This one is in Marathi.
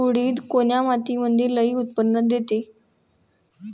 उडीद कोन्या मातीमंदी लई उत्पन्न देते?